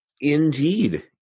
Indeed